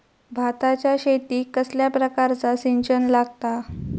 भाताच्या शेतीक कसल्या प्रकारचा सिंचन लागता?